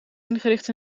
ingericht